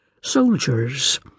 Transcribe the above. Soldiers